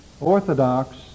Orthodox